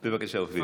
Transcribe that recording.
בבקשה, אופיר.